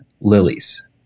lilies